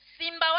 Simba